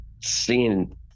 seeing